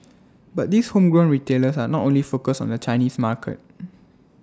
but these homegrown retailers are not only focused on the Chinese market